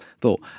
thought